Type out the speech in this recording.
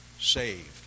saved